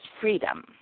freedom